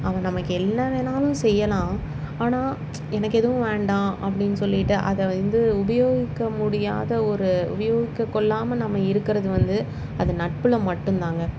அவன் நமக்கு என்ன வேணாலும் செய்யலாம் ஆனால் எனக்கு எதுவும் வேண்டாம் அப்படினு சொல்லிகிட்டு அதை வந்து உபயோகிக்க முடியாத ஒரு உபயோகித்துக்கொள்ளாமல் நம்ம இருக்கிறது வந்து அது நட்பில் மட்டும் தாங்க